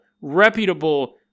reputable